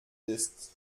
ist